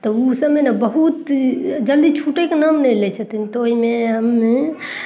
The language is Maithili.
तऽ ओ सबमे ने बहुत जल्दी छूटै कऽ नाम नहि लै छथिन तऽ ओहिमे हम